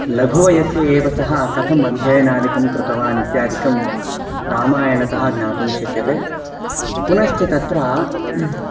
लघुवयसि एव सः कथम् अध्ययनादिकं कृतवान् इत्यादिकं रामायणतः ज्ञातुं शक्यते पुनश्च तत्र